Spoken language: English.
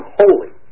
holy